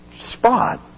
spot